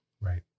Right